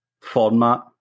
format